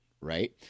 right